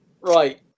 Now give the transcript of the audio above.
right